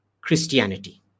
Christianity